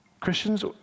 Christians